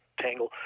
tangle